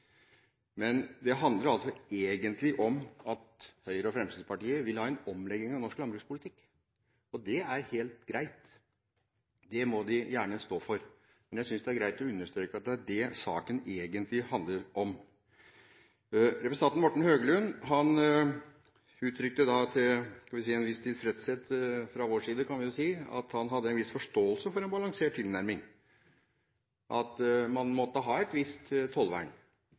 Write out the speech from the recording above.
men jeg synes det er greit å understreke at det er dét saken egentlig handler om. Representanten Morten Høglund uttrykte – til en viss tilfredshet fra vår side, kan vi vel si – at han hadde en viss forståelse for en balansert tilnærming, at man måtte ha et visst tollvern.